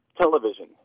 Television